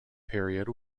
period